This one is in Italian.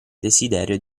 desiderio